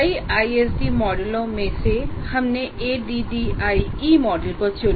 कई आईएसडी मॉडलों में से हमने एडीडीआईई मॉडल को चुना